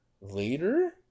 later